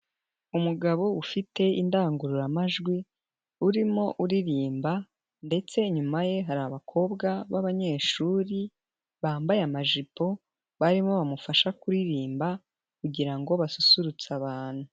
Umugabo ufite indangururamajwi urimo uririmba ndetse inyuma ye hari abakobwa b'abanyeshuri, bambaye amajipo barimo bamufasha kuririmba kugira ngo basusurutse abantu.